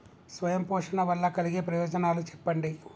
స్వయం పోషణ వల్ల కలిగే ప్రయోజనాలు చెప్పండి?